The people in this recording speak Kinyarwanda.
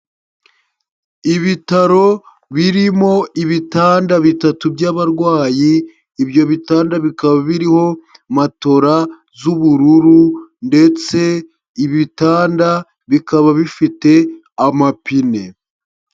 Ibitaro birimo ibitanda bitatu by'abarwayi, ibyo bitandaba biriho matora z'ubururu ndetse ibitanda bikaba bifite amapine.